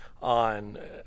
on